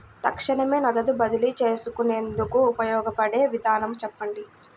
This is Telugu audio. తక్షణమే నగదు బదిలీ చేసుకునేందుకు ఉపయోగపడే విధానము చెప్పండి?